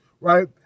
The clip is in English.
right